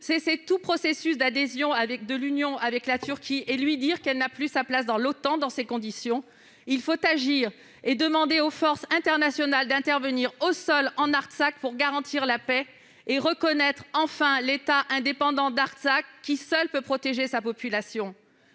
cesser tout processus d'adhésion de l'Union européenne avec la Turquie et de lui dire qu'elle n'a plus sa place dans l'OTAN. Il faut encore demander aux forces internationales d'intervenir au sol en Artsakh pour garantir la paix et reconnaître enfin l'État indépendant Artsakh, seul à même de protéger sa population.